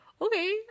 Okay